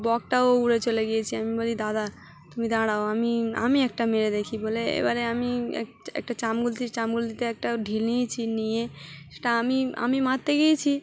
বকটাও উড়ে চলে গিয়েছে আমি বলি দাদা তুমি দাঁড়াও আমি আমি একটা মেরে দেখি বলে এবারে আমি এক একটা চাম গুলতি চাম গুলতিতে একটা ঢিল নিয়েছি নিয়ে সেটা আমি আমি মারতে গিয়েছি